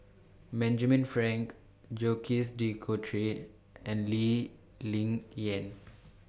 Benjamin Frank Jacques De Coutre and Lee Ling Yen